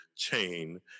chain